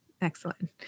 Excellent